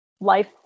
life